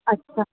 अच्छा